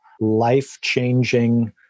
life-changing